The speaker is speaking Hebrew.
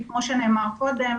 כי כמו שנאמר קודם,